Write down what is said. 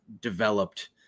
developed